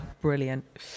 brilliant